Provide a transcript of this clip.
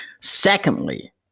Secondly